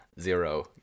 zero